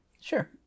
Sure